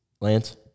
Lance